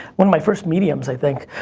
one of my first mediums, i think.